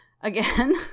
again